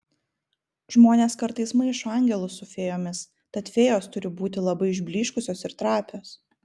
žmonės kartais maišo angelus su fėjomis tad fėjos turi būti labai išblyškusios ir trapios